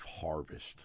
harvest